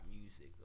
music